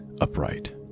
upright